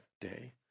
day